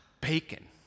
Bacon